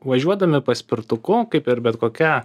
važiuodami paspirtuku kaip ir bet kokia